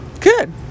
Good